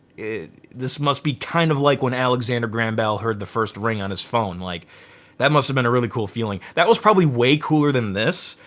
this must be kind of like when alexander graham bell heard the first ring on his phone. like that must've been a really cool feeling. that was probably way cooler than this.